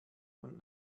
und